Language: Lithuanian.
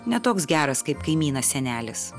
ne toks geras kaip kaimynas senelis